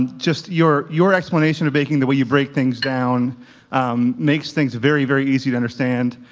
just your, your explanation of baking, the way you break things down makes things very, very easy to understand.